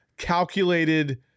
calculated